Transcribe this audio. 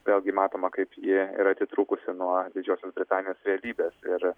vėlgi matoma kaip ji yra atitrūkusi nuo didžiosios britanijos realybės ir